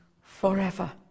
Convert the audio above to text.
forever